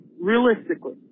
realistically